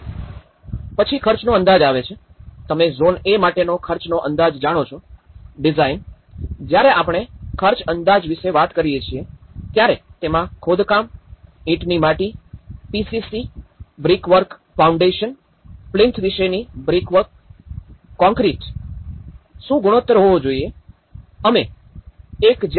પછી ખર્ચનો અંદાજ આવે છે તમે ઝોન એ માટેના ખર્ચનો અંદાજ જાણો છો ડિઝાઇન જ્યારે આપણે ખર્ચ અંદાજ વિશે વાત કરીએ ત્યારે તેમાં ખોદકામ ઇંટની માટી પીસીસી બ્રિકવર્ક ફાઉન્ડેશન પ્લીન્થ વિશેની બ્રિકવર્ક કોંક્રિટ શું ગુણોત્તર હૉવો જોઈએ અમે ૧૧